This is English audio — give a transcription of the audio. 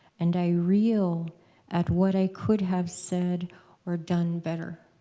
and i reel at what i could have said or done better.